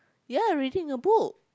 ya reading a book